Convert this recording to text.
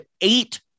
eight